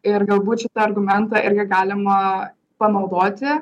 ir galbūt šitą argumentą irgi galima panaudoti